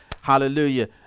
hallelujah